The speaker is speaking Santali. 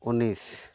ᱩᱱᱤᱥ